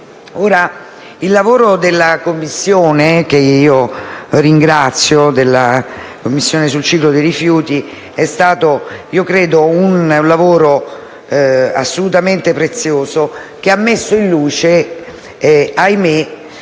Il lavoro della Commissione sul ciclo dei rifiuti - che ringrazio - è stato assolutamente prezioso ed ha messo in luce, ahimè,